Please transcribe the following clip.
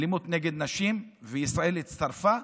אלימות נגד נשים, וישראל הצטרפה.